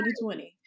2020